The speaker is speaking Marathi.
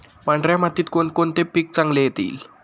पांढऱ्या मातीत कोणकोणते पीक चांगले येईल?